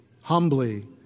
humbly